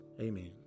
Amen